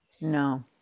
No